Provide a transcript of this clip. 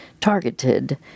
targeted